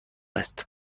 است